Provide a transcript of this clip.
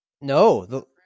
No